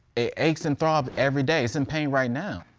it aches and throb every day, it's in pain right now.